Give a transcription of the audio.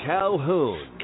Calhoun